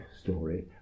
story